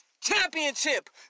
championship